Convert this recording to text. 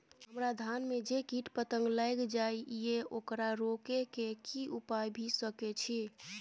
हमरा धान में जे कीट पतंग लैग जाय ये ओकरा रोके के कि उपाय भी सके छै?